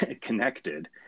connected